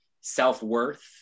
self-worth